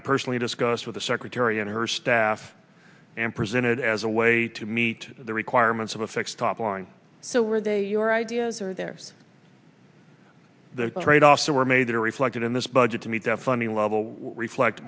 i personally discussed with the secretary and her staff and presented as a way to meet the requirements of a fixed top line so we're they your ideas are there the tradeoffs that were made that are reflected in this budget to meet that funding level reflect